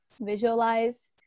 visualize